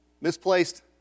Misplaced